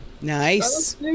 Nice